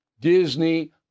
Disney